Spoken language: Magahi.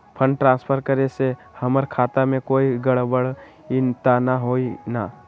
फंड ट्रांसफर करे से हमर खाता में कोई गड़बड़ी त न होई न?